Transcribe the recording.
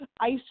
ice